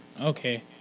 Okay